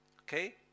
Okay